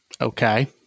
Okay